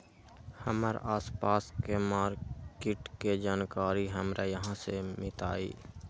हमर आसपास के मार्किट के जानकारी हमरा कहाँ से मिताई?